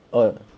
oh